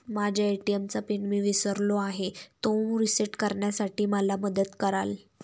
माझ्या ए.टी.एम चा पिन मी विसरलो आहे, तो रिसेट करण्यासाठी मला मदत कराल?